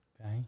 Okay